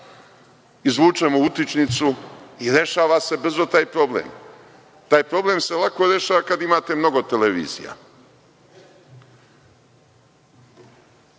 izvučemo utičnicu i rešava se brzo taj problem. Taj problem se lako rešava kad imate mnogo televizija.